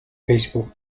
facebook